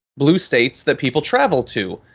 blue states that people travel to,